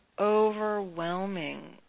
overwhelming